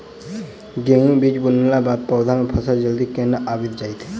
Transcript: गेंहूँ बीज बुनला बाद पौधा मे फसल जल्दी केना आबि जाइत?